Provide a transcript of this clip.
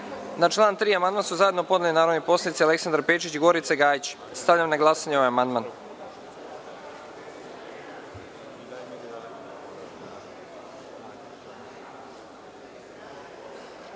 član 3. amandman su zajedno podneli narodni poslanici Aleksandar Pejčić i Gorica Gajić. Stavljam na glasanje ovaj